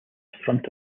front